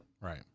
Right